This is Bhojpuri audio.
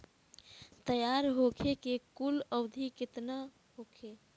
तैयार होखे के कुल अवधि केतना होखे?